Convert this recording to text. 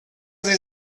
sie